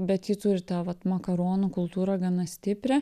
bet ji turi tą vat makaronų kultūrą gana stiprią